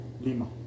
Lima